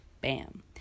bam